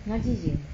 ngaji jer